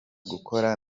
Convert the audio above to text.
gukora